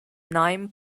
nine